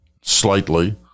slightly